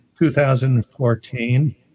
2014